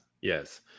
yes